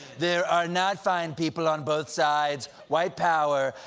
there are not fine people on both sides. white power!